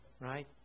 right